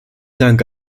dank